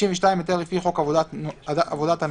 התשנ"ו 1996, (52)היתר לפי חוק עבודת הנוער,